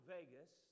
Vegas